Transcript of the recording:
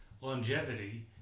longevity